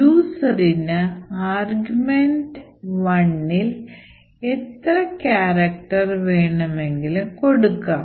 യൂസറിന് argv1ഇൽ എത്ര കാരക്ടർ വേണമെങ്കിലും കൊടുക്കാം